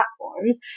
platforms